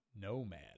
nomad